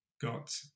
got